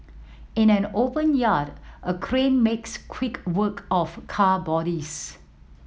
in an open yard a crane makes quick work of car bodies